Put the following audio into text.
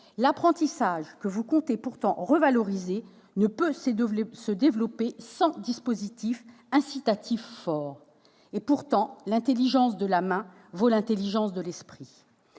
l'apprentissage, que vous comptez pourtant revaloriser, ne peut se développer sans dispositifs incitatifs forts. Pourtant, « l'intelligence de la main vaut l'intelligence de l'esprit